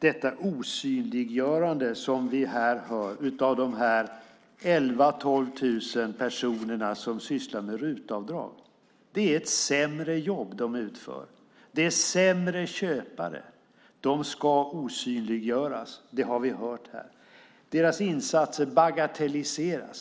med osynliggörandet av 11 000-12 000 personer som sysslar med RUT-avdrag, som vi här får höra. De utför alltså ett sämre jobb. De ska osynliggöras. Deras insatser bagatelliseras.